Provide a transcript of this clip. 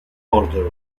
order